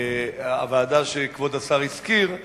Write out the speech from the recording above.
הוועדה שכבוד השר הזכיר,